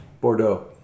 Bordeaux